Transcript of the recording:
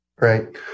right